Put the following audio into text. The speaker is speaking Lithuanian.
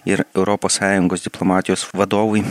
ir europos sąjungos diplomatijos vadovui